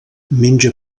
menja